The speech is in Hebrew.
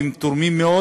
והם תורמים מאוד.